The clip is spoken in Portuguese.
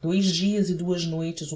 dous dias e duas noites